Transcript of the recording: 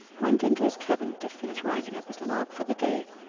went into his cabin to finish writing up his log for the day.